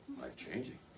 Life-changing